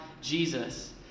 Jesus